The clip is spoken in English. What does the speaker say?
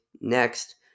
next